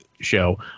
show